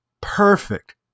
perfect